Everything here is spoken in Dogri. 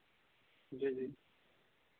जी जी